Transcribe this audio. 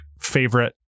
favorite